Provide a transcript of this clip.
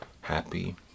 happy